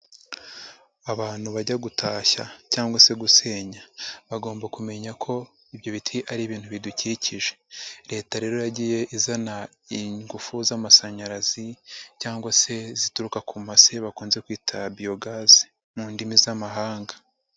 Abantu bajya gutashya cyangwa se gusenya bagomba kumenya ko ibyo biti ari ibintu bidukikije. Leta rero yagiye izana ingufu z'amasanyarazi cyangwa se zituruka ku maze bakunze kwita Biyogazi mu ndimi z'amahanga.